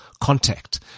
contact